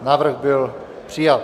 Návrh byl přijat.